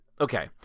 okay